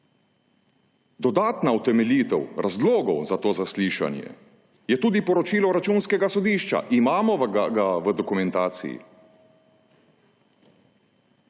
Dodatna utemeljitev razlogov za to zaslišanje je tudi poročilo Računskega sodišča, imamo ga v dokumentaciji,